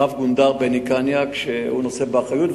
רב-גונדר בני קניאק, שנושא באחריות.